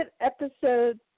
episode